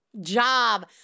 job